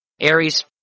Aries